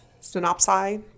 Synopsis